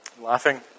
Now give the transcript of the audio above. Laughing